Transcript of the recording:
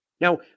Now